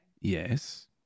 Yes